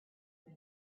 from